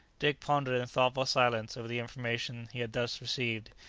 dick pondered in thoughtful silence over the information he had thus received.